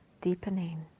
deepening